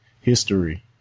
history